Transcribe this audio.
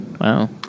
wow